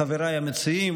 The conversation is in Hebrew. חבריי המציעים,